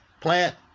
Plant